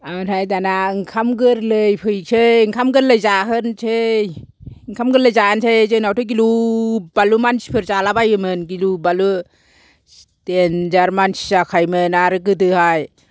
आमफ्राय दाना ओंखाम गोरलै फैनोसै ओंखाम गोरलै जाहोनोसै ओंखाम गोरलै जानोसै जोंनावथ' गिलु बालु मानसिफोर जाला बायोमोन गिलु बालु गोबां मानसि जाखायोमोन आरो गोदो हाय